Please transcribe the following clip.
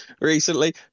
recently